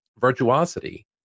Virtuosity